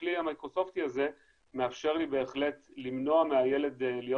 הכלי המייקרוסופטי הזה מאפשר לי בהחלט למנוע מהילד להיות